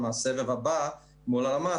מהסבב הבא מול הלמ"ס,